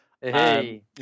Hey